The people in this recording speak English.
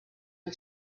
and